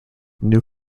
new